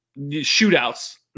shootouts